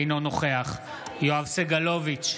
אינו נוכח יואב סגלוביץ'